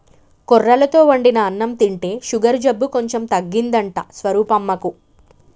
కొర్రలతో వండిన అన్నం తింటే షుగరు జబ్బు కొంచెం తగ్గిందంట స్వరూపమ్మకు